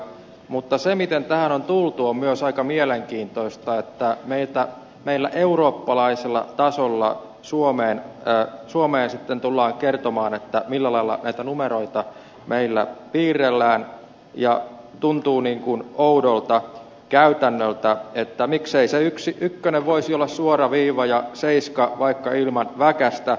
mutta se miten tähän on tultu on myös aika mielenkiintoista että meillä eurooppalaisella tasolla suomeen sitten tullaan kertomaan millä lailla näitä numeroita meillä piirrellään ja tuntuu niin kuin oudolta käytännöltä miksei se ykkönen voisi olla suora viiva ja seiska vaikka ilman väkästä